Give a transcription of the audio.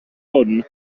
hwn